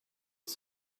was